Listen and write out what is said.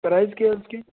price کیا ہے اس کی